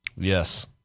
Yes